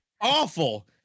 awful